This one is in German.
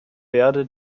verde